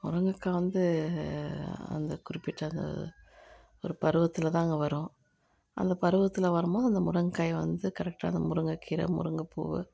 முருங்கக்காய் வந்து அந்த குறிப்பிட்ட அந்த ஒரு பருவத்தில் தாங்க வரும் அந்த பருவத்தில் வரும்போது அந்த முருங்கக்காயை வந்து கரெக்டாக அந்த முருங்கைக் கீரை முருங்கை பூவு